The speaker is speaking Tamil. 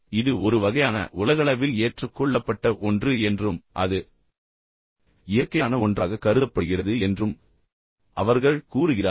இது ஒரு வகையான உலகளவில் ஏற்றுக்கொள்ளப்பட்ட ஒன்று என்றும் அது இயற்கையான ஒன்றாக கருதப்படுகிறது என்றும் அவர்கள் கூறுகிறார்கள்